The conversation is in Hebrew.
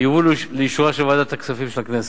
יובאו לאישורה של ועדת הכספים של הכנסת.